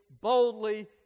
boldly